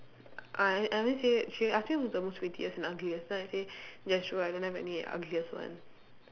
I I only say she ask me who's the most prettiest and ugliest so I say Jazrael I don't have any ugliest one